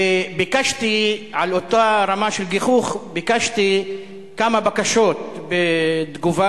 ביקשתי, על אותה רמה של גיחוך, כמה בקשות בתגובה.